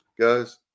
guys